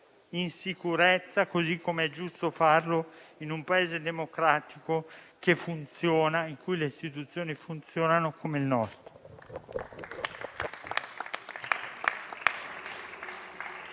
in sicurezza, così come è giusto farlo in un Paese democratico che funziona e in cui le istituzioni funzionano come nel nostro.